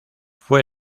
fue